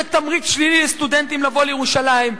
תמריץ שלילי לסטודנטים לבוא לירושלים.